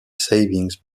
savings